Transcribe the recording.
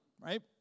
Right